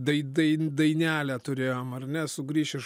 dai dain dainelę turėjom ar ne sugrįš iš